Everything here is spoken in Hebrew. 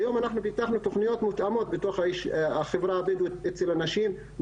כיום אנחנו פתחנו תוכניות מותאמות בתוך החברה הבדואית אצל הנשים,